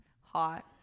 Hot